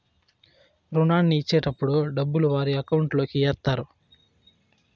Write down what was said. రుణాన్ని ఇచ్చేటటప్పుడు డబ్బులు వారి అకౌంట్ లోకి ఎత్తారు